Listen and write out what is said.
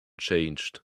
changed